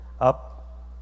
up